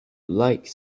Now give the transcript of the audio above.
like